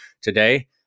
today